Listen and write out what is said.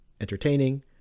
entertaining